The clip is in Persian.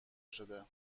شده